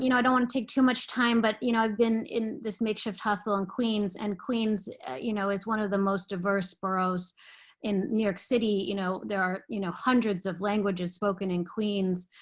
you know don't want to take too much time. but you know i've been in this makeshift hospital in queens. and queens you know is one of the most diverse boroughs in new york city. you know there are you know hundreds of languages spoken in queens.